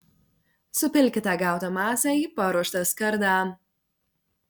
supilkite gautą masę į paruoštą skardą